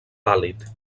pàl·lid